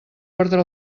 ordre